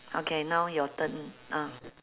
okay now your turn ah